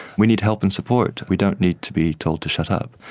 we need help and support, we don't need to be told to shut up.